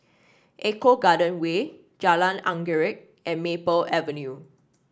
Eco Garden Way Jalan Anggerek and Maple Avenue